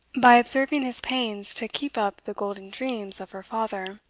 by observing his pains to keep up the golden dreams of her father,